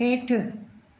हेठि